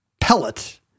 pellet